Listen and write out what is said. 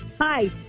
Hi